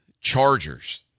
Chargers